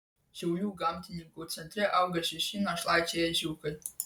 šiaulių gamtininkų centre auga šeši našlaičiai ežiukai